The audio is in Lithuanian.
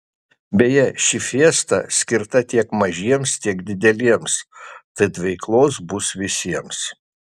beje ši fiesta skirta tiek mažiems tiek dideliems tad veiklos bus visiems